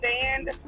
stand